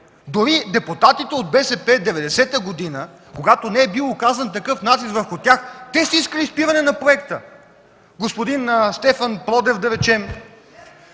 Дори депутатите от БСП 1990 г., когато не е бил оказван такъв натиск върху тях, те са искали спиране на проекта. Господин Стефан Продев, да речем…